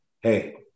Hey